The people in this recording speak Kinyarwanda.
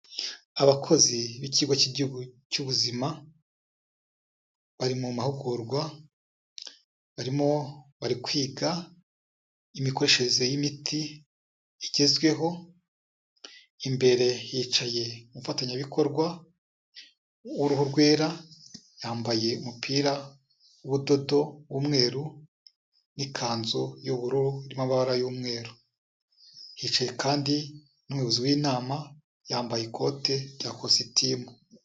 Abakozi b'ikigo cy'igihugu cy'ubuzima bari mu mahugurwa, barimo bari kwiga imikoreshereze y'imiti igezweho, imbere hicaye umufatanyabikorwa w'uruhu rwera, yambaye umupira w'ubudodo, w'umweru n'ikanzu y'ubururu irimo amabara y'umweru. Hicaye kandi n'umuyobozi w'inama yambaye ikote rya kositimu.